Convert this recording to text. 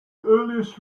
earliest